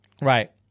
Right